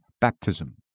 baptism